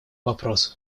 вопросу